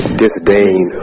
disdain